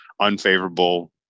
unfavorable